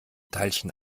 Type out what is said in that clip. teilchen